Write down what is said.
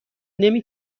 نمی